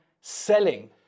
selling